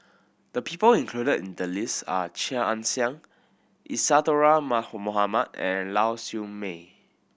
the people included in the list are Chia Ann Siang Isadhora Mohamed and Lau Siew Mei